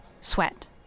sweat